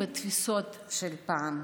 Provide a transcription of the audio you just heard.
בתפיסות של פעם.